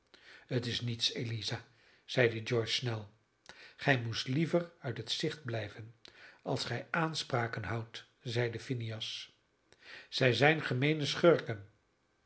het is niets eliza zeide george snel gij moest liever uit het gezicht blijven als gij aanspraken houdt zeide phineas zij zijn gemeene schurken